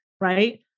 right